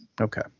Okay